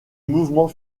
mouvement